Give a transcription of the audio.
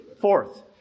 Fourth